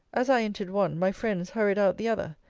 as i entered one, my friends hurried out the other.